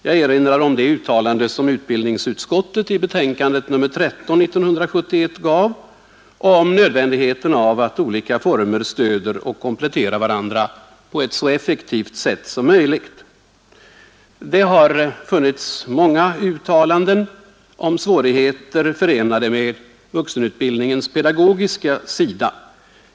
Jag erinrar om det uttalande som utbildningsutskottet i sitt betänkande nr 13 i år gjorde om nödvändigheten av att olika vuxenutbildningsformer stöder och kompletterar varandra på ett så effektivt sätt som möjligt. Det har gjorts många uttalanden om svårigheter förenade med vuxenutbildningens pedagogiska sida.